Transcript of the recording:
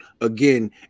again